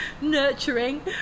nurturing